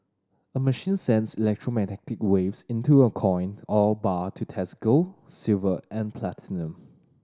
a machine sends electromagnetic waves into a coin or bar to test gold silver and platinum